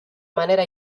manera